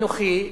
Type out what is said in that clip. אנוכי,